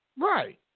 Right